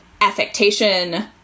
affectation